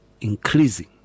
increasing